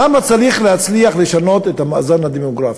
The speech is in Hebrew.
למה צריך להצליח לשנות את המאזן הדמוגרפי?